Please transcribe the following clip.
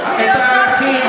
בשביל להיות שר השיכון.